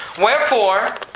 Wherefore